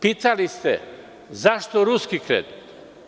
Pitali ste - zašto ruski kredit?